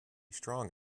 strong